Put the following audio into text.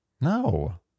No